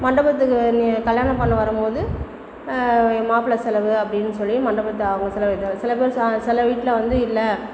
மண்டபத்துக்கு நீங்கள் கல்யாணம் பண்ண வரும்போது மாப்பிள்ள செலவு அப்படின்னு சொல்லி மண்டபத்தை அவங்க செலவழிக்கிறாங்க சில பேர் சா சில வீட்டில வந்து இல்லை